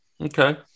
Okay